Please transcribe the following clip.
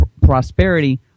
prosperity